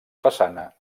façana